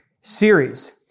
series